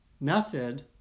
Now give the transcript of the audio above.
method